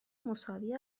مساوی